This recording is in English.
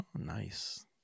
Nice